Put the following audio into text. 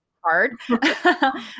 hard